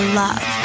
love